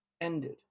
ended